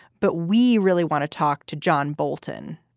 but we really want to talk to john bolton.